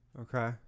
okay